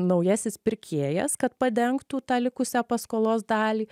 naujasis pirkėjas kad padengtų tą likusią paskolos dalį